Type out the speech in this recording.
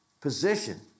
position